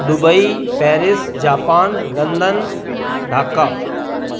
Dubai Paris Japan London Dhaka